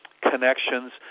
connections